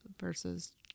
versus